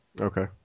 Okay